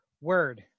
word